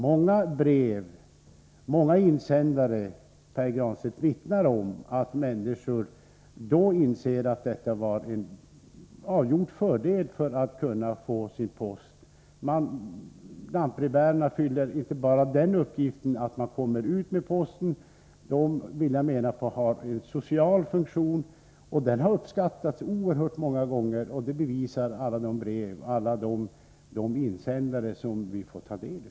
Många brev och insändare vittnar om, Pär Granstedt, att människor då inser att detta var ett avgjort fördelaktigt sätt att få sin post på. Lantbrevbärarna fyller inte bara uppgiften att komma ut med posten, jag vill mena att de också har en social funktion, och den har uppskattats oerhört många gånger. Det bevisar alla de brev och insändare som vi får ta del av.